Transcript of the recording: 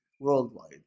worldwide